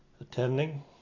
attending